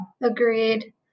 agreed